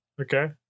Okay